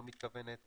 לא מתכוונת